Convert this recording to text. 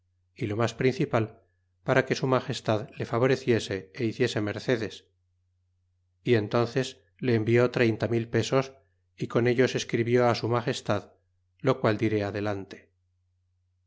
é lo mas principal para que su magestad le favoreciese e hiciese mercedes é enthnees le envió treinta mil pesos é con ellos escribió su magestad lo qual diré adelante